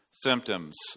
Symptoms